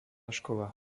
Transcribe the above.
škola